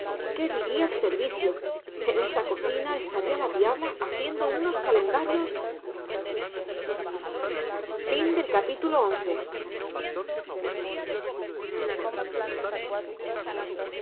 qué diría el servicio en esa cocina estaría la diabla haciendo unos calendarios